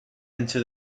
into